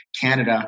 Canada